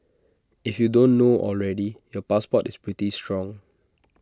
if you don't know already your passport is pretty strong